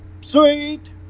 Sweet